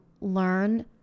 learn